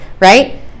right